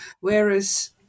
whereas